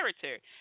character